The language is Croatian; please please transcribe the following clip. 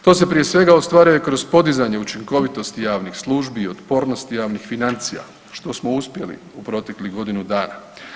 To se prije ostvaruje kroz podizanje učinkovitosti javnih službi i otpornosti javnih financija što smo uspjeli u proteklih godinu dana.